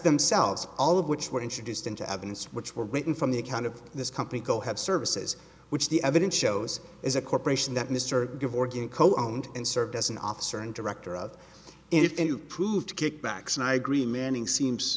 themselves all of which were introduced into evidence which were written from the account of this company go have services which the evidence shows is a corporation that mr give organ co owners and served as an officer and director of it and who proved kickbacks and i agree manning seems